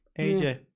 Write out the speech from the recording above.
AJ